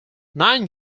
nine